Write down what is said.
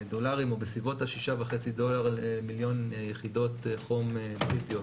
ה-6.5 דולר למיליון יחידות חום בריטיות,